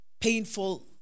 painful